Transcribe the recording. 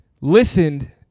listened